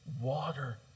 water